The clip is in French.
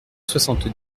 soixante